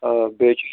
آ بیٚیہِ چھِ